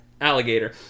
alligator